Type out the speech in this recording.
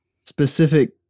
specific